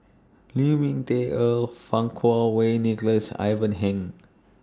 Lu Ming Teh Earl Fang Kuo Wei Nicholas Ivan Heng